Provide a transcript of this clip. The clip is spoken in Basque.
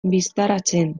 bistaratzen